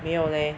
没有 leh